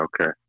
Okay